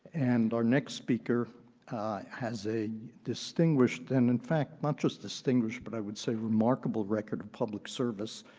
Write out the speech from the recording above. and our next speaker has a distinguished, and in fact not just distinguished, but i would say remarkable record of public service,